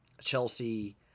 Chelsea